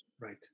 Right